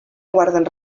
guarden